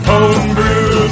Homebrew